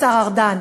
השר ארדן,